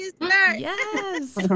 Yes